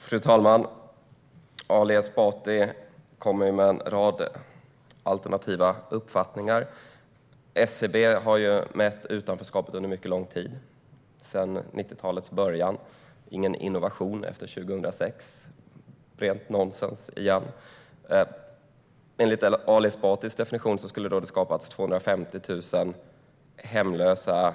Fru talman! Ali Esbati kommer med en rad alternativa uppfattningar. SCB har mätt utanförskapet under mycket lång tid - sedan 90-talets början. Detta är ingen innovation från 2006. Det är rent nonsens igen. Enligt Ali Esbatis definition skulle det ha skapats 250 000 hemlösa